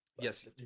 Yes